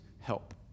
help